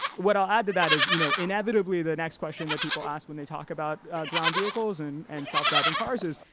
what i'll add to that is you know inevitably the next question people ask when they talk about ground vehicles and and self-driving cars is,